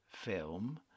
Film